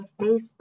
Facebook